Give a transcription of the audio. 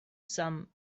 some